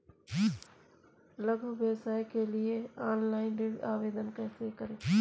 लघु व्यवसाय के लिए ऑनलाइन ऋण आवेदन कैसे करें?